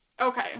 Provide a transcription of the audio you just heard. Okay